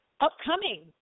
Upcoming